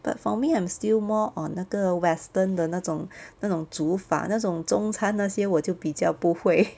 but for me I am still more on 那个 western 的那种那种煮法那种中餐那些我就比较不会